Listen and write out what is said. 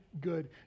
Good